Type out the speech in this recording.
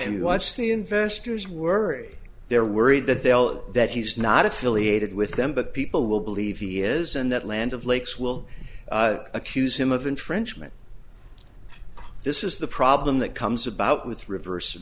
to watch the investors worried they're worried that they'll that he's not affiliated with them but people will believe he is and that land of lakes will accuse him of infringement this is the problem that comes about with reverse